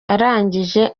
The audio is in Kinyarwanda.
arangije